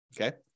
Okay